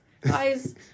guys